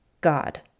God